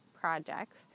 projects